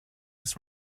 his